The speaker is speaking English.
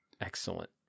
Excellent